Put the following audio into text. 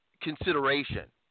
consideration